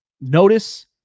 notice